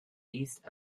east